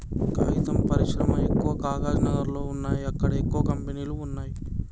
కాగితం పరిశ్రమ ఎక్కవ కాగజ్ నగర్ లో వున్నాయి అక్కడ ఎక్కువ కంపెనీలు వున్నాయ్